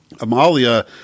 Amalia